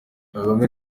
kagame